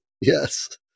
Yes